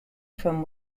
from